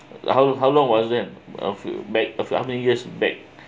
how how long was then a few back uh how many years back